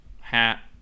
hat